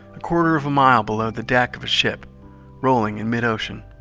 a quarter of a mile below the deck of a ship rolling in mid-ocean.